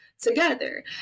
together